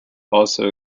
also